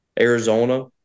Arizona